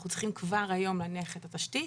אנחנו צריכים כבר היום להניח את התשתית